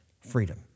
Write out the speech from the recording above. freedom